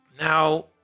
Now